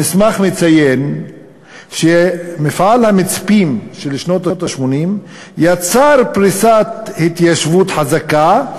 המסמך מציין שמפעל המצפים של שנות ה-80 יצר פריסת התיישבות חזקה,